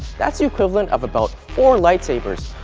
that's the equivalent of about four light sabers,